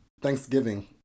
Thanksgiving